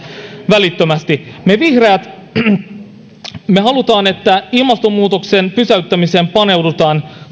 välittömästi me vihreät haluamme että ilmastonmuutoksen pysäyttämiseen paneudutaan